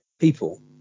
People